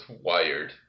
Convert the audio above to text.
wired